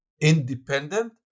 independent